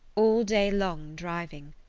all day long driving.